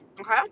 okay